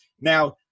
Now